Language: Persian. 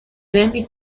نمی